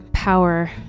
power